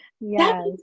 Yes